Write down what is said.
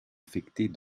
affectés